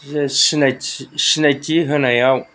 जे सिनायथि सिनायथि होनायाव